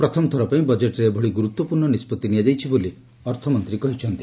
ପ୍ରଥମଥର ପାଇଁ ବଜେଟ୍ରେ ଏଭଳି ଗୁରୁତ୍ୱପୂର୍ଣ୍ଣ ନିଷ୍ପଭି ନିଆଯାଇଛି ବୋଲି ଅର୍ଥମନ୍ତ୍ରୀ କହିଚ୍ଛନ୍ତି